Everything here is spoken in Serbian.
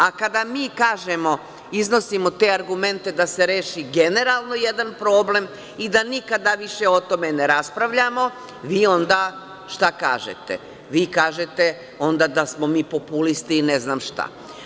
A kada mi iznosimo te argumente da se reši generalno jedan problem i da nikada više o tome ne raspravljamo, vi onda kažete da smo mi populisti i ne znam šta.